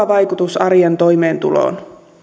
vaikutus arjen toimeentuloon